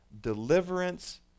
deliverance